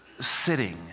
sitting